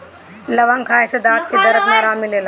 लवंग खाए से दांत के दरद में आराम मिलेला